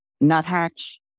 Nuthatch